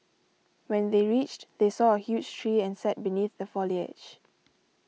when they reached they saw a huge tree and sat beneath the foliage